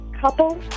couple